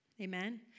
Amen